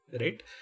Right